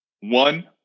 One